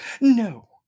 No